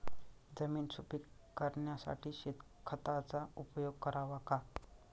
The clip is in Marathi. जमीन सुपीक करण्यासाठी शेणखताचा उपयोग करावा का?